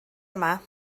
yma